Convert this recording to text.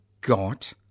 got